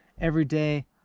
everyday